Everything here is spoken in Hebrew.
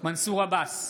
מנסור עבאס,